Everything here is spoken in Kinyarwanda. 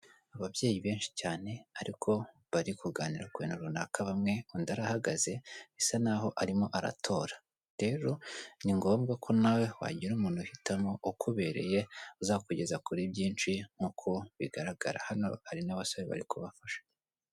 Ababyeyi benshi cyane ariko bari kuganira ku bintu runaka bamwe, undi arahagaze bisa naho arimo aratora. Rero ni ngombwa ko nawe wagira umuntu uhitamo ukubereye uzakugeza kuri byinshi nkuko bigaragara hano hari n'abasore bari kubafasha.